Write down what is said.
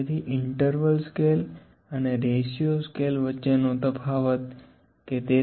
તેથી interval scale અને ratio scale વચ્ચેનો તફાવત કે